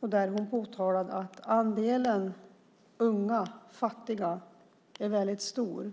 Hon påtalade att andelen unga fattiga är stor.